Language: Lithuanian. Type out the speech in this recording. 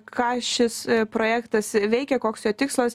ką šis projektas veikia koks jo tikslas